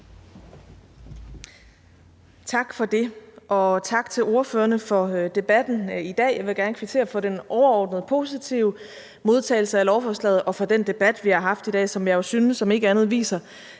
Tak for det, og tak til ordførerne for debatten i dag. Jeg vil gerne kvittere for den overordnede positive modtagelse af lovforslaget og for den debat, vi har haft i dag, som jeg jo synes om ikke andet viser,